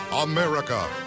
America